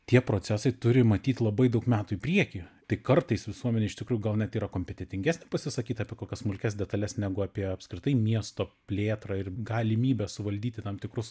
tie procesai turi matyt labai daug metų į priekį tai kartais visuomenė iš tikrųjų gal net yra kompetentingesnė pasisakyt apie kokias smulkias detales negu apie apskritai miesto plėtrą ir galimybę suvaldyti tam tikrus